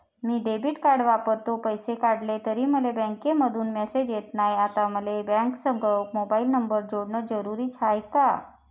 मी debit card वापरतो, पैसे काढले तरी मले बँकेमंधून मेसेज येत नाय, आता मले बँकेसंग मोबाईल नंबर जोडन जरुरीच हाय का?